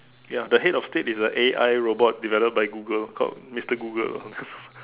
ya the head of state is a A_I robot developed by Google called Mister Google